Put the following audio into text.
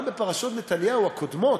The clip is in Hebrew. גם בפרשות נתניהו הקודמות,